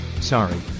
Sorry